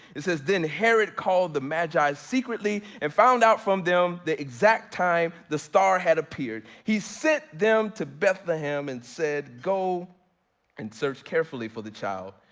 it says, then herod called the magi secretly, and found out from them the exact time the star had appeared. he sent them to bethlehem and said, go and search carefully for the child.